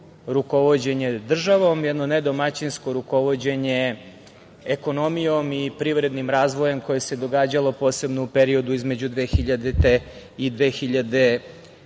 rukovođenje državom, jedno nedomaćinsko rukovođenje ekonomijom i privrednim razvojem koje se događalo posebno u periodu između 2000. i 2012.